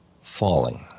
falling